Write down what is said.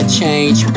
change